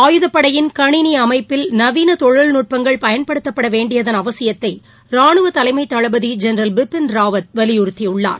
ஆயுதப்படையின் கணினி அமைப்பில் நவீன தொழில்நுட்பங்கள் பயன்படுத்தவேண்டியதன் அவசியத்தை ராணுவ தலைமை தளபதி ஜென்ரல் பிபின் ராவத் வலியுறுத்தியுள்ளார்